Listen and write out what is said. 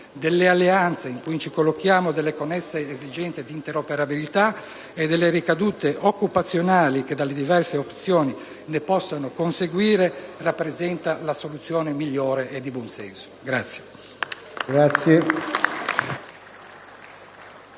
delle alleanze in cui ci collochiamo, delle connesse esigenze di interoperabilità e delle ricadute occupazionali che dalle diverse opzioni possano conseguire, rappresenta la migliore soluzione e di buon senso.